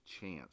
Chance